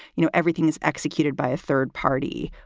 you know, everything is executed by a third party.